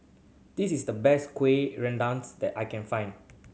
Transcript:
this is the best kuih that I can find